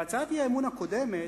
חברי הכנסת, בהצעת האי-אמון הקודמת